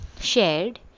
shared